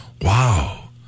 wow